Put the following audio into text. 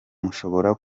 mushobora